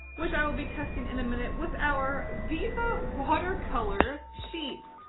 which i will be testing in a minute with our viviva watercolor sheets.